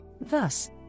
Thus